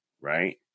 right